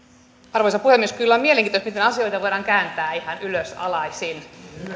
arvoisa puhemies kyllä on mielenkiintoista miten asioita voidaan kääntää ihan ylösalaisin